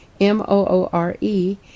M-O-O-R-E